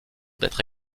d’être